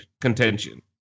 contention